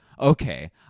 okay